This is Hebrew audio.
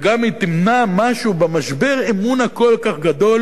וגם היא תמנע משהו במשבר אמון הכל-כך גדול